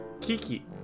Kiki